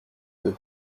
deux